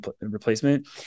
replacement